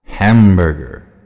Hamburger